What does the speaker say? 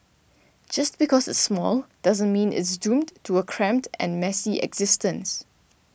just because it's small doesn't mean it's doomed to a cramped and messy existence